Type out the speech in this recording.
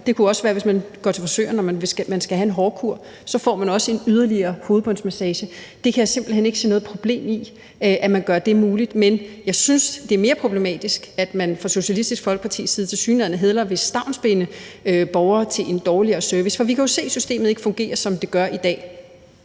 Det kan også være, hvis man går til frisøren og man skal have en hårkur, at man så også får en yderligere hovedbundsmassage. Jeg kan simpelt hen ikke se noget problem i, at man gør det muligt. Jeg synes, det er mere problematisk, at man fra Socialistisk Folkepartis side tilsyneladende hellere vil stavnsbinde borgere til en dårligere service. For vi kan jo se, at systemet ikke fungerer, som det er i dag.